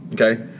okay